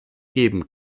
geben